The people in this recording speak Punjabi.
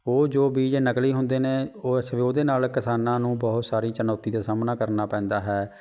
ਉਹ ਜੋ ਬੀਜ ਨਕਲੀ ਹੁੰਦੇ ਨੇ ਉਹ ਉਹਦੇ ਨਾਲ ਕਿਸਾਨਾਂ ਨੂੰ ਬਹੁਤ ਸਾਰੀ ਚੁਣੌਤੀ ਦਾ ਸਾਹਮਣਾ ਕਰਨਾ ਪੈਂਦਾ ਹੈ